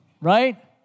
right